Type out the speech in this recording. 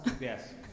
Yes